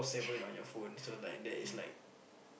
yeah